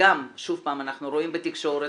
שוב פעם, אנחנו רואים בתקשורת